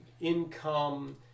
income